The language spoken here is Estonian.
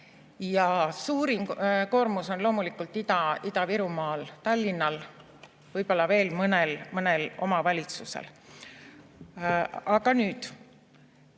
Ja suurim koormus on loomulikult Ida-Virumaal, Tallinnal, võib-olla veel mõnel omavalitsusel. Aga nüüd